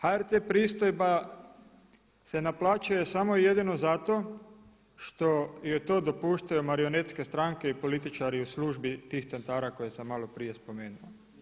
HRT pristojba se naplaćuje samo i jedino zato što joj to dopuštaju marionetske stranke i političari u službi tih centara koje sam malo prije spomenuo.